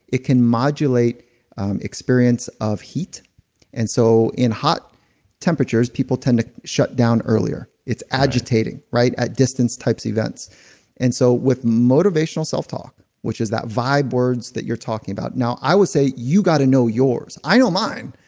it can modulate experience of heat and so in hot temperatures, people tend to shut down earlier. it's agitating. right? at distance types events and so with motivational self talk which is that vibe words that you're talking about. now i would say, you gotta know yours. i know mine.